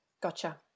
Gotcha